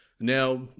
Now